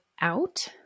out